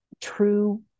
true